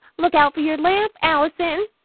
look out for your lamp, alison!